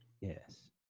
Yes